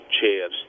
chairs